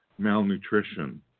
malnutrition